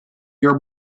your